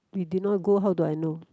we did not go how do I know